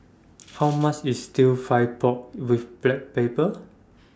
How much IS Stir Fried Pork with Black Pepper